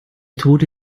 tote